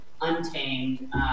untamed